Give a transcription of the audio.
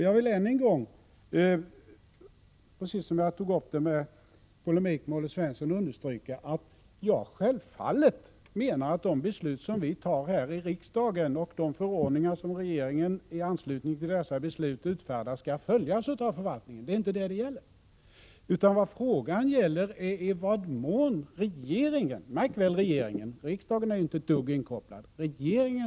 Jag vill än en gång understryka — precis som jag tog upp det i polemik med Olle Svensson — att jag självfallet menar att de beslut som vi fattar i riksdagen och de förordningar som regeringen i anslutning till dessa beslut utfärdar skall följas av förvaltningen. Det är inte detta det gäller, utan vad frågan gäller är i vad mån regeringen — märk väl regeringen; riksdagen är inte ett dugg inkopplad!